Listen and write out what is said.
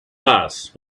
mass